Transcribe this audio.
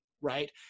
Right